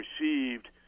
received